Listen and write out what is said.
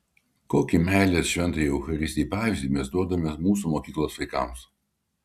kokį meilės šventajai eucharistijai pavyzdį mes duodame mūsų mokyklos vaikams